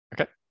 okay